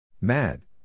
Mad